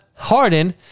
Harden